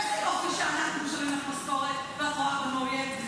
איזה יופי שאנחנו משלמים לך משכורת ואת רואה בנו אויב?